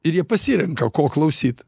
ir jie pasirenka ko klausyt